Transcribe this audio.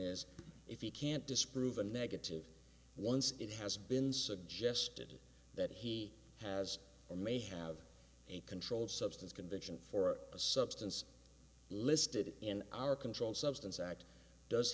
is if he can't disprove a negative once it has been suggested that he has or may have a controlled substance conviction for a substance listed in our controlled substance act does